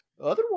Otherwise